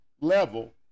level